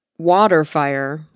Waterfire